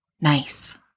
nice